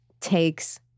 takes